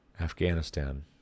Afghanistan